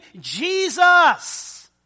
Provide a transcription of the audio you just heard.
Jesus